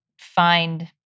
find